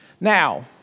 Now